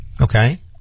Okay